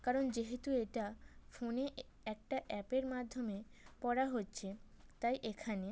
কারণ যেহেতু এটা ফোনে একটা অ্যাপের মাধ্যমে পড়া হচ্ছে তাই এখানে